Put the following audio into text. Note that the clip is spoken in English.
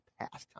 pastime